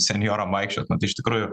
senjoram vaikščiot na tai iš tikrųjų